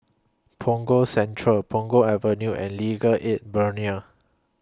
Punggol Central Punggol Avenue and Legal Aid Bureau